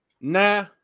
nah